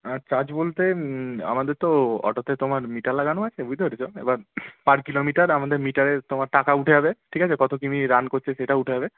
আর charge বলতে আমাদের তো অটোতে তোমার মিটার লাগানো আছে বুঝতে পেরেছ এবার পার কিলোমিটার আমাদের মিটারে তোমার টাকা উঠে যাবে ঠিক আছে কত কিমি রান করছে সেটা উঠে যাবে